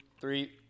three